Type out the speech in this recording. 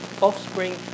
offspring